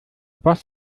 boss